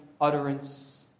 utterance